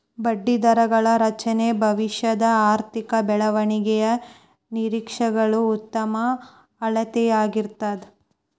ಬಡ್ಡಿದರಗಳ ರಚನೆ ಭವಿಷ್ಯದ ಆರ್ಥಿಕ ಬೆಳವಣಿಗೆಯ ನಿರೇಕ್ಷೆಗಳ ಉತ್ತಮ ಅಳತೆಯಾಗಿರ್ತದ